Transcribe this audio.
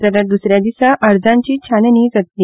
जाल्यार द्सरे दिसा अर्जाची छाननी जातली